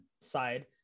side